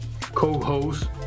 co-host